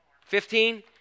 Fifteen